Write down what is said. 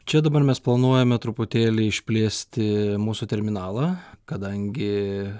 čia dabar mes planuojame truputėlį išplėsti mūsų terminalą kadangi